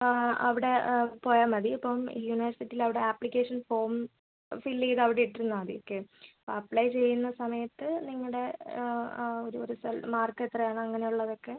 അവിടെ പോയാൽ മതി അപ്പം യൂണിവേഴ്സിറ്റിയിൽ അവിടെ ആപ്ലിക്കേഷൻ ഫോം ഫില്ല് ചെയ്ത് അവിടെ ഇട്ടിരുന്നാൽ മതി ഓക്കെ അപ്പോൾ അപ്ലൈ ചെയ്യുന്ന സമയത്ത് നിങ്ങളുടെ ഒരു റിസൾട്ട് മാർക്ക് എത്രയാണ് അങ്ങനെ ഉള്ളതൊക്കെ